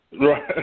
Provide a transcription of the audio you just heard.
Right